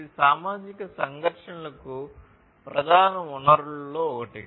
ఇది సామాజిక సంఘర్షణలకు ప్రధాన వనరులలో ఒకటి